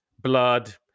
blood